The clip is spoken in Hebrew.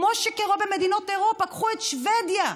כמו שקורה במדינות אירופה, קחו את שבדיה: